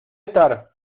estar